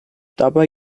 dabei